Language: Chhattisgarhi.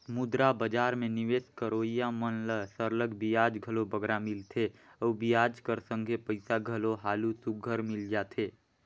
मुद्रा बजार में निवेस करोइया मन ल सरलग बियाज घलो बगरा मिलथे अउ बियाज कर संघे पइसा घलो हालु सुग्घर मिल जाथे